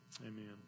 amen